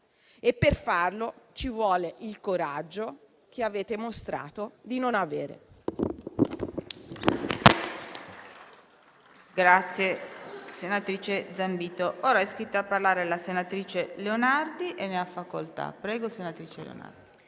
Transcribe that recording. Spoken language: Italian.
e per farlo ci vuole il coraggio che avete mostrato di non avere.